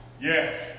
Yes